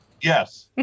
yes